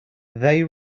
they